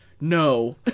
no